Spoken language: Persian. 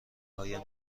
هایم